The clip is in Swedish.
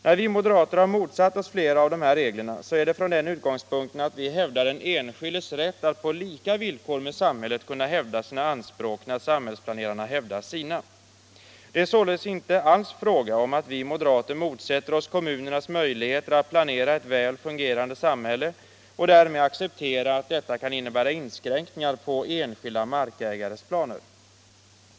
När vi moderater har motsatt oss flera av de här reglerna har utgångspunkten varit att vi hävdar den enskildes rätt att på lika villkor med samhället kunna hävda sina anspråk när samhällsplanerarna hävdar samhällets. Det är således inte alls fråga om att vi moderater motsätter oss kommunernas möjligheter att planera ett väl fungerande samhälle, och därmed accepterar vi att detta kan innebära inskränkningar i den enskilde markägarens planer.